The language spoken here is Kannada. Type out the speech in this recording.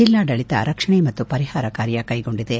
ಜಿಲ್ಲಾಡಳಿತ ರಕ್ಷಣೆ ಮತ್ತು ಪರಿಹಾರ ಕಾರ್ಯ ಕ್ಲೆಗೊಂಡಿದೆ